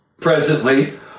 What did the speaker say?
presently